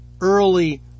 early